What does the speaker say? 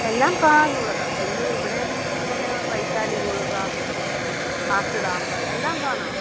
എല്ലാം കാണാനുള്ളതാണ് പിന്നെ ഇവിടെയെന്ന് വെച്ച് കഴിഞ്ഞാൽ വൈശാലി ഗുഹക ആസ്റ്റർ ഡാമ് എല്ലാം കാണാം